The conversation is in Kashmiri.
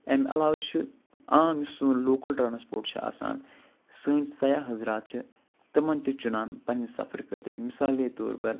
أمۍ علاوٕ چھِ عام یُس سون لوکَل ٹرانَسپورٹ چھِ آسان سٲنۍ سیاح حضرات چھِ تِمَن تہِ چُنان پَنٛنہِ سفرٕ خٲطرٕ مِثال کے طور پر